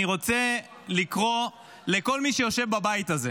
אני רוצה לקרוא לכל מי שיושב בבית הזה: